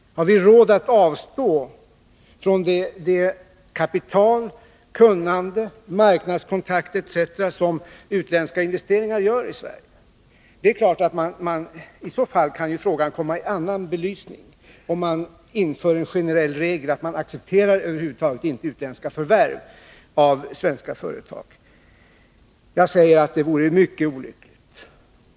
Har vi råd att avstå från det kapital, det kunnande, Nr 98 de marknadskontakter etc. som utländska investeringar ger i Sverige? Det är Tisdagen den klart att i så fall kan frågan komma i en annan belysning — om man inför en 16 mars 1982 generell regel att man över huvud taget inte accepterar utländska förvärv av svenska företag. Om den aviserade Jag säger att det vore mycket olyckligt.